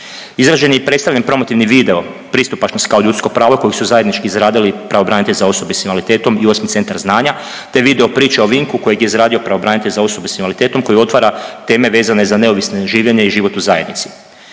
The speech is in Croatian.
Izrađen je i predstavljen promotivni video pristupačnosti kao ljudsko pravo koji su zajednički izradili pravobranitelj za osobe s invaliditetom i …/Govornik se ne razumije./…centar znanja, te video priča o Vinku kojeg je izradio pravobranitelj za osobe s invaliditetom koji otvara teme vezane za neovisno življenje i život u zajednici.